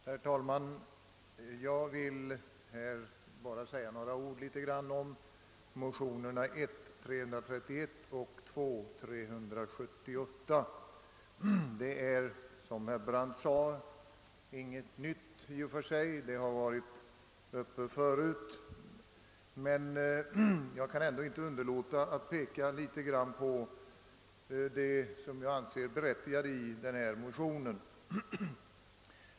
Herr talman! Jag vill här bara säga några ord om motionerna I:331 och II: 378. Vad som där förs fram är som herr Brandt sade inget nytt, det har varit uppe förut. Men jag kan ändå inte underlåta att peka på det som jag anser berättigat i motionerna.